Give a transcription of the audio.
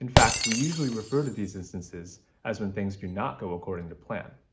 and fact, we usually refer to these instances as when things do not go according to plan.